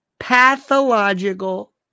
Pathological